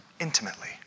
intimately